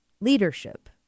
leadership